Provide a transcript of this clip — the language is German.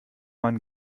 man